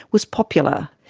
was popular.